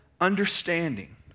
understanding